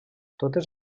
totes